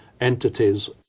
entities